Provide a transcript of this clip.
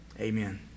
Amen